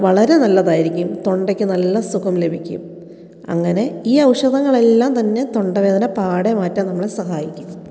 വളരെ നല്ലതായിരിക്കും തൊണ്ടക്ക് നല്ല സുഖം ലഭിക്കും അങ്ങനെ ഈ ഔഷധങ്ങളെല്ലാം തന്നെ തൊണ്ടവേദന പാടെ മാറ്റാൻ നമ്മളെ സഹായിക്കും